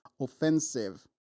offensive